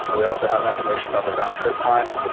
but we also have information about the round-trip time,